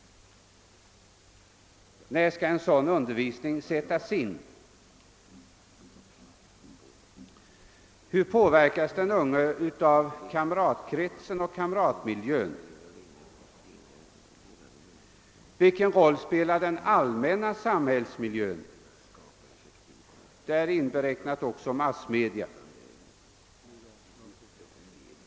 När bör en sådan undervisning sättas in? Hur påverkas den unge av kamratkretsen och kamratmiljön? Vilken roll spelar den allmänna samhällsmiljön, däri inbegripet också massmedia?